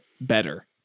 better